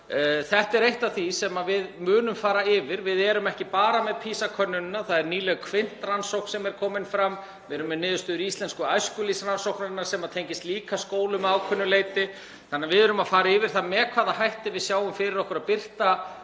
Þetta er eitt af því sem við munum fara yfir. Við erum ekki bara með PISA-könnunina, það er nýleg QUINT-rannsókn sem er komin fram. Við erum með niðurstöður Íslensku æskulýðsrannsóknarinnar sem tengist líka skólum að ákveðnu leyti, þannig að við erum að fara yfir það með hvaða hætti við sjáum fyrir okkur að birta